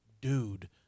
dude